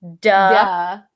Duh